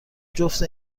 جفت